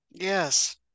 Yes